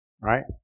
Right